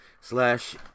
slash